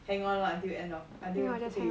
hang on lah until the end of until 不可以